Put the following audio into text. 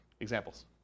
Examples